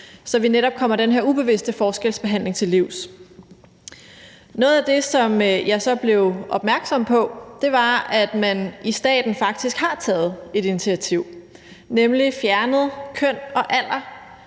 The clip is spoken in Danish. så vi netop kommer den her ubevidste forskelsbehandling til livs. Noget af det, som jeg så blev opmærksom på, var, at man i staten faktisk har taget et initiativ, nemlig at fjerne køn og alder